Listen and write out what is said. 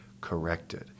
corrected